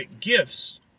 gifts